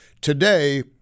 Today